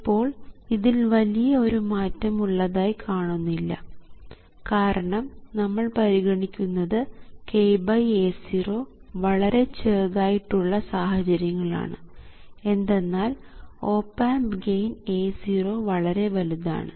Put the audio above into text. ഇപ്പോൾ ഇതിൽ വലിയ ഒരു മാറ്റം ഉള്ളതായി കാണുന്നില്ല കാരണം നമ്മൾ പരിഗണിക്കുന്നത് kA0 വളരെ ചെറുതായി ട്ടുള്ള സാഹചര്യങ്ങൾ ആണ് എന്തെന്നാൽ ഓപ് ആമ്പ് ഗെയിൻ A0 വളരെ വലുതാണ്